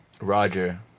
Roger